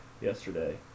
yesterday